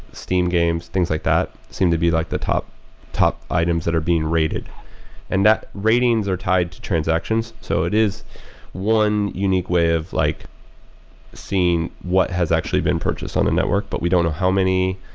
steam games, things like that seem to be like the top top items that are being rated and that ratings are tied to transactions, so it is one unique way of like seeing what has actually been purchased on the network, but we don't know how many.